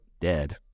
dead